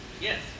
Yes